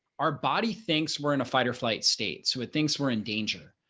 our body thinks we're in a fight or flight state, so it thinks we're in danger.